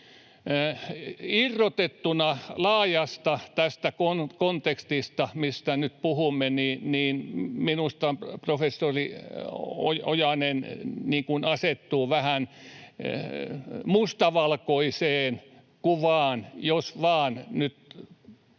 irrotettuna tästä laajasta kontekstista, mistä nyt puhumme, minusta professori Ojanen asettuu vähän mustavalkoiseen kuvaan, jos nyt